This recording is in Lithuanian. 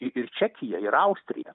i ir čekija ir austrija